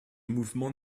mouvement